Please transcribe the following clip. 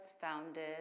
founded